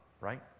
right